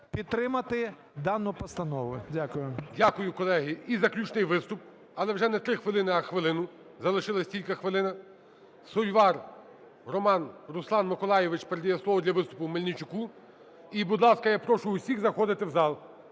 підтримати дану постанову. Дякую. ГОЛОВУЮЧИЙ. Дякую, колеги. І заключний виступ, але вже не 3 хвилини, а хвилину, залишилася тільки хвилина. Сольвар Роман… Руслан Миколайович передає слово для виступу Мельничуку. І, будь ласка, я прошу усіх заходити в зал.